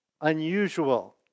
unusual